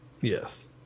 Yes